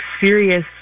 serious